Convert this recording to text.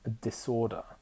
disorder